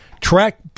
track